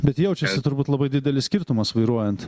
bet jaučiasi turbūt labai didelis skirtumas vairuojant